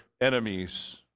enemies